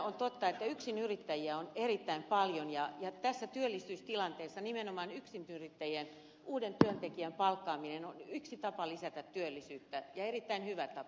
on totta että tällä hetkellä yksinyrittäjiä on erittäin paljon ja tässä työllisyystilanteessa nimenomaan yksinyrittäjien uuden työntekijän palkkaaminen on yksi tapa lisätä työllisyyttä ja erittäin hyvä tapa